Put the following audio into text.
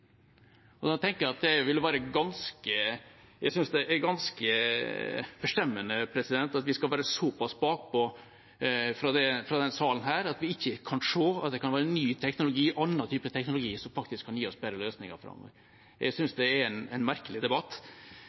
Da tenker jeg at det er ganske forstemmende at vi skal være såpass bakpå fra denne salen at vi ikke kan se at det kan være ny teknologi, en annen type teknologi, som faktisk kan gi oss bedre løsninger framover. Jeg synes det er en merkelig debatt,